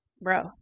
bro